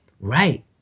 Right